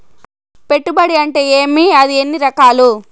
పెట్టుబడి అంటే ఏమి అది ఎన్ని రకాలు